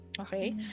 okay